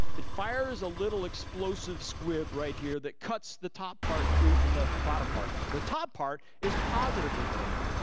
it fires a little explosive squib right here that cuts the top part free from the bottom part. the top part is positively buoyant.